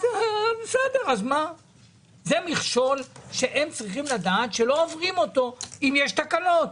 זה מכשול שהם צריכים לדעת שלא עוברים אותו אם יש תקלות.